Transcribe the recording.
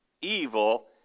evil